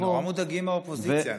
אתם נורא מודאגים מהאופוזיציה,